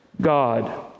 God